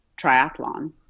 triathlon